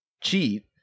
cheat